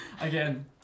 again